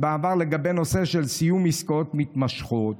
לגבי נושא של סיום עסקאות מתמשכות.